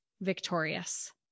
victorious